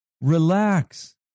Relax